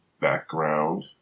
background